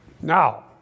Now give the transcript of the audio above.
Now